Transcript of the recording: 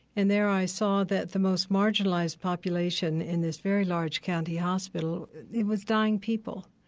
and there i saw that the most marginalized population in this very large county hospital was dying people.